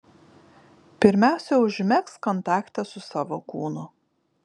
pirmiausia užmegzk kontaktą su savo kūnu